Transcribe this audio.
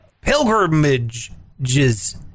pilgrimages